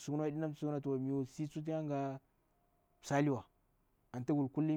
sungni wa shansutu yagham msali wa antuwan kulleyi.